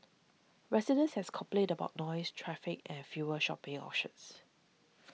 residents has complained about noise traffic and fewer shopping options